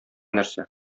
нәрсә